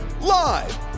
Live